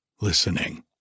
listening